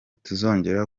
tuzongera